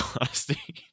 honesty